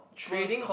trading